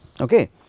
okay